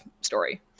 story